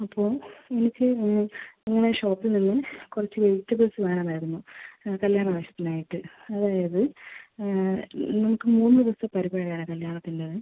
അപ്പോൾ എനിക്ക് ആ നിങ്ങളെ ഷോപ്പിൽ നിന്ന് കുറച്ച് വെജിറ്റബിൾസ് വേണമായിരുന്നു കല്ല്യാണ ആവശ്യത്തിനായിട്ട് അതായത് ഞങ്ങൾക്ക് മൂന്ന് ദിവസത്ത പരിപാടി ആണ് കല്ല്യാണത്തിൻ്റേത്